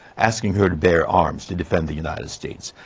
asking her to bear arms to defend the united states.